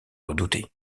redouté